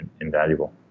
invaluable